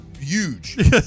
Huge